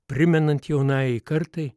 primenant jaunajai kartai